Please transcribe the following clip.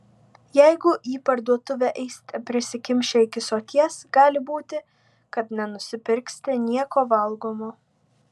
jeigu į parduotuvę eisite prisikimšę iki soties gali būti kad nenusipirksite nieko valgomo